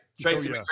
Tracy